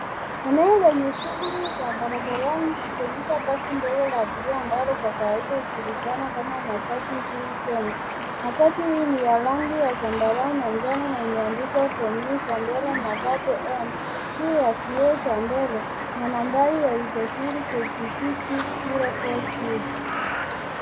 Eneo lenye shughuli za barabarani zikionyesha basi ndogo la abiria ambalo kwa kawaida hujulikana kama matatu nchini kenya . Matatu hii ni ya rangi ya zambarau na njano na imeandikwa commuter mbele na double n . Juu ya kioo cha mbele kuna nambari ya usajili KBT 604Q .